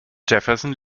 jefferson